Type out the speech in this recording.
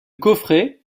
coffret